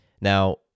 Now